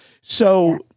So-